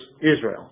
Israel